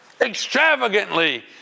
extravagantly